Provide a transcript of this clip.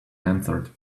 answered